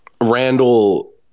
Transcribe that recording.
Randall